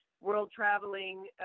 world-traveling